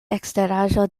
eksteraĵo